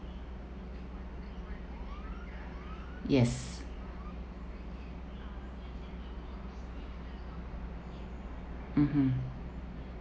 yes mmhmm